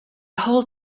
whole